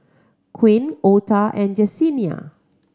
Quint Ota and Jessenia